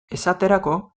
esaterako